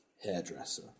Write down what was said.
hairdresser